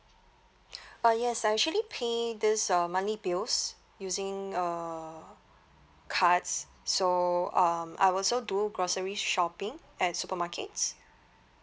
uh yes I actually pay this uh monthly bills using uh cards so um I'll also do grocery shopping at supermarkets